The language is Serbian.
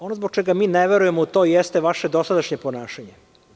Ono zbog čega mi ne verujemo u to jeste vaše dosadašnje ponašanje.